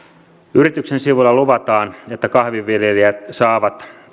yrityksen sivuilla luvataan että kahvinviljelijät saavat